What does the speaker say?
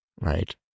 Right